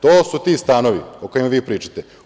To su ti stanovi o kojima vi pričate.